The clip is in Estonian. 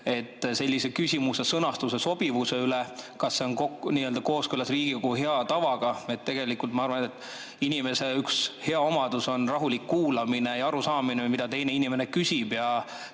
selle küsimuse sõnastuse sobivuse üle, kas see on kooskõlas Riigikogu hea tavaga. Ma arvan, et inimese üks hea omadus on rahulik kuulamine ja arusaamine, mida teine inimene küsib ja